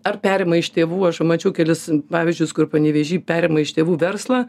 ar perima iš tėvų aš va mačiau kelis pavyzdžius kur panevėžy perima iš tėvų verslą